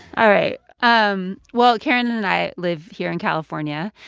all right. um well, karen and i live here in california.